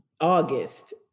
August